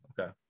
okay